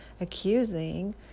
accusing